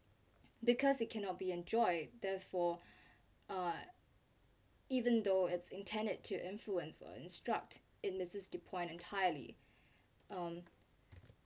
because it cannot be enjoyed therefore uh even though it's intended to influence or instruct in this the point entirely um